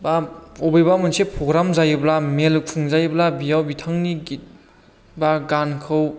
एबा बबेबा मोनसे पग्राम जायोब्ला मेल खुंजायोब्ला बेयाव बिथांनि गित एबा गानखौ